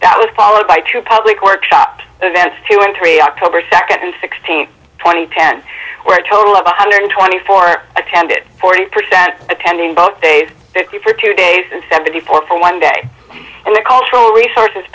that was followed by true public workshop event here in three october second sixteen twenty ten where a total of one hundred twenty four attended forty percent attending both eight fifty for two days and seventy four for one day and the cultural resources